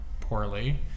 poorly